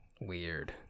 Weird